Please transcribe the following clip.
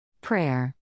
Prayer